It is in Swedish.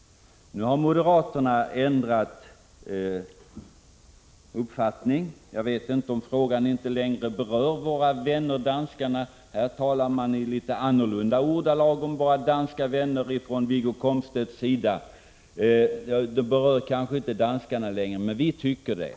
Nu har moderaterna ändrat uppfattning. Wiggo Komstedt talar i litet allmänna ordalag, och kanske moderaterna inte längre anser att frågan berör våra vänner danskarna. Men vi tycker det.